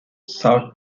sought